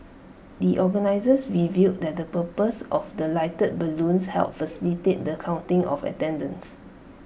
the organisers revealed that the purpose of the lighted balloons helped facilitate the counting of attendance